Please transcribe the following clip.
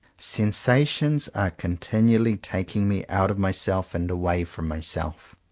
sensations are continually taking me out of myself and away from myself.